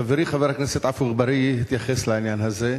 חברי חבר הכנסת עפו אגבאריה התייחס לעניין הזה.